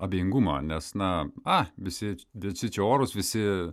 abejingumą nes na a visi visi čia orūs visi